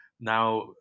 now